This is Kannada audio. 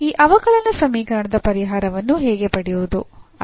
ಈ ಅವಕಲನ ಸಮೀಕರಣದ ಪರಿಹಾರವನ್ನು ಹೇಗೆ ಪಡೆಯುವುದು